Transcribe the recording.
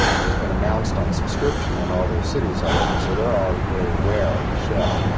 it has been announced on subscription in all those cities already, so they're already very aware of the show.